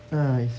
!hais!